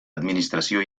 administració